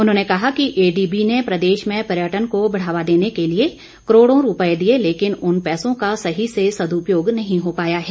उन्होंने कहा कि एडीबी ने प्रदेश में पर्यटन को बढावा देने के लिए करोडों रूपए दिए लेकिन उन पैसों का सही से सद्रपयोग नहीं हो पाया है